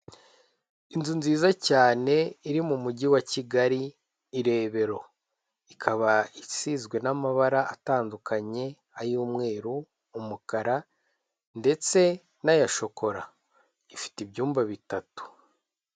Inzu nziza cyane iri mu mujyi wa Kigali i Rebero, ikaba isizwe n'amabara atandukanye, ay'umweru, umukara ndetse n'aya shokora, ifite ibyumba bitatu.